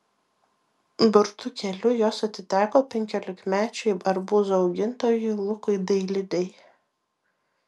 burtų keliu jos atiteko penkiolikmečiui arbūzų augintojui lukui dailidei